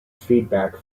feedback